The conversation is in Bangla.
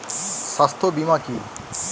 স্বাস্থ্য বীমা কি?